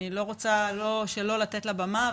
אני לא רוצה שלא לתת לה במה,